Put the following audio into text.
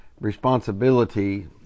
responsibility